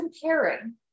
comparing